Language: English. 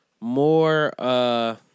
more